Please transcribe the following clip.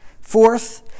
Fourth